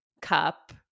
cup